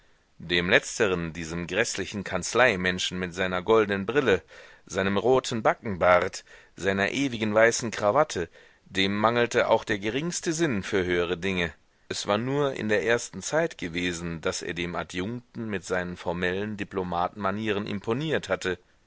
dem letzteren diesem gräßlichen kanzleimenschen mit seiner goldnen brille seinem roten backenbart seiner ewigen weißen krawatte dem mangelte auch der geringste sinn für höhere dinge es war nur in der ersten zeit gewesen daß er dem adjunkten mit seinen formellen diplomatenmanieren imponiert hatte